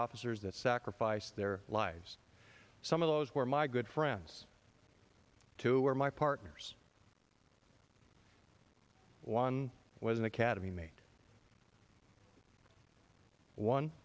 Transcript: officers that sacrificed their lives some of those were my good friends two were my partners one was an academy mate one